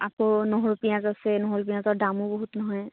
আকৌ নহৰু পিঁয়াজ আছে নহৰু পিঁয়াজৰ দামো বহুত নহয়